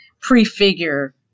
prefigure